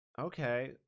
Okay